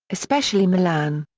especially milan.